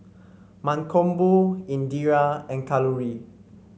Mankombu Indira and Kalluri